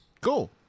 Cool